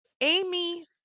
amy